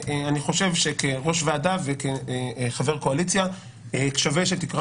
אני חושב שכיושב ראש ועדה וכחבר קואליציה שווה שתקרא